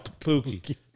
Pookie